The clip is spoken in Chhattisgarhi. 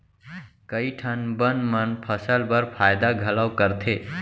कई ठन बन मन फसल बर फायदा घलौ करथे